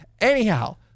Anyhow